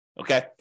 okay